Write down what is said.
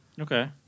Okay